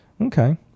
okay